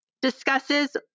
discusses